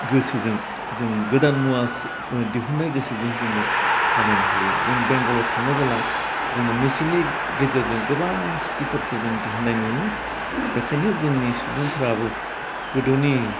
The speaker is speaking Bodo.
गोसोजों जों गोदान मुवास दिहुन्नाय गोसोजों जोङो बानायनो हायो जों बेंगालर थाङोबोला जोङो मिसिननि गेजेरजों गोबां सिफोरखौ जों दिहुन्नाय नुयो बेखायनो जोंनि सुबुंफ्राबो गोदोनि